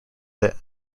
that